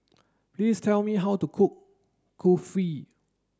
please tell me how to cook Kulfi